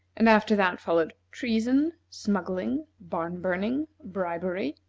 and after that followed treason, smuggling, barn-burning, bribery,